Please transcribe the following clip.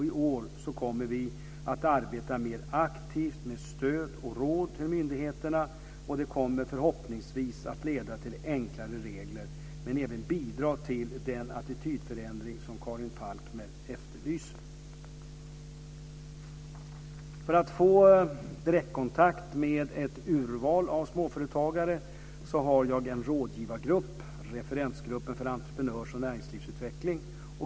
I år kommer vi att arbeta mer aktivt med stöd och råd till myndigheterna och det kommer förhoppningsvis att leda till enklare regler, men även bidra till den attitydförändring som Karin För att få direktkontakt med ett urval av småföretagare har jag en rådgivargrupp, referensgruppen för entreprenörs och näringslivsutveckling.